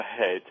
ahead